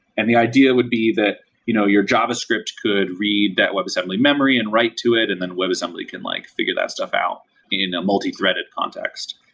and the idea would be that you know your javascript could read that webassembly memory and write to it and then webassembly can like figure that stuff out in a multithreaded context.